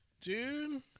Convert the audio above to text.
Dude